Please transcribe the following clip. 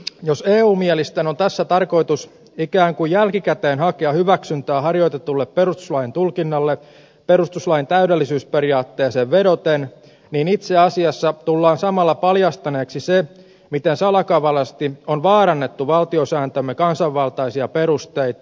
jos eu mielisten on tässä tarkoitus ikään kuin jälkikäteen hakea hyväksyntää harjoitetulle perustuslain tulkinnalle perustuslain täydellisyysperiaatteeseen vedoten niin itse asiassa tullaan samalla paljastaneeksi se miten salakavalasti on vaarannettu valtiosääntömme kansanvaltaisia perusteita